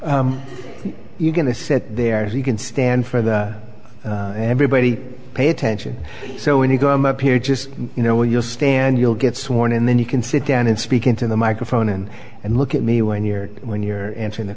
they you can they said there is you can stand for the everybody pay attention so when you go i'm up here just you know where you'll stand you'll get sworn in then you can sit down and speak into the microphone and and look at me when you're when you're answering the